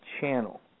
channel